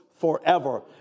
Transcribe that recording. Forever